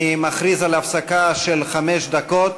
אני מכריז על הפסקה של חמש דקות.